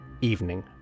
Evening